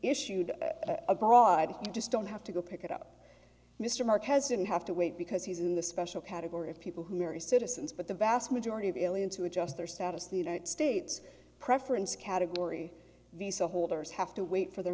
issued abroad just don't have to go pick it up mr mark has didn't have to wait because he's in the special category of people who marry citizens but the vast majority of the alien to adjust their status the united states preference category visa holders have to wait for their